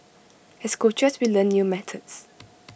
as coaches we learn new methods